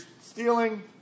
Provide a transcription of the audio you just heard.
stealing